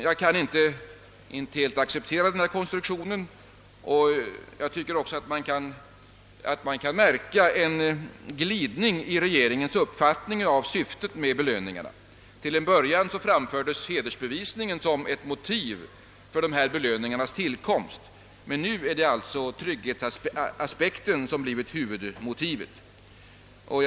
Jag kan inte helt acceptera denna konstruktion, och jag tycker att man även kan märka en glidning i regeringens uppfattning om syftet med belöningarna. Till en början framfördes hedersbevisningen som ett motiv för belöningarnas tillkomst, men nu har alltså trygghetsaspekten blivit huvudmotivet.